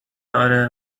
اره